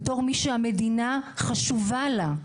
בתור מי שהמדינה חשובה לה,